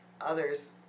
others